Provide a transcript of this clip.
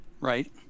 right